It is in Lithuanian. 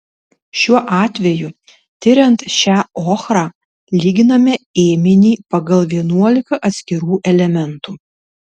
šiuo atveju tiriant šią ochrą lyginame ėminį pagal vienuolika atskirų elementų